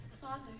Father